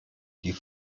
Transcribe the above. die